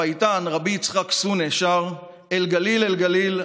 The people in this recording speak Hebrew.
הפייטן רבי יצחק סונה שר: "אל גליל,